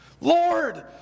Lord